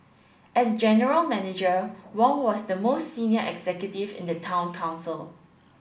as general manager Wong was the most senior executive in the Town Council